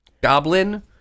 Goblin